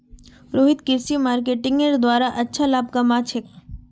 रोहित कृषि मार्केटिंगेर द्वारे अच्छा लाभ कमा छेक